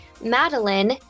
Madeline